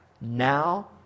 now